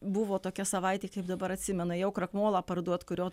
buvo tokia savaitė kaip dabar atsimenu ėjau krakmolą parduot kurio